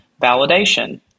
Validation